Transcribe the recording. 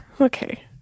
Okay